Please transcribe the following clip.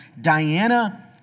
Diana